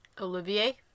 Olivier